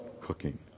cooking